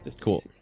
Cool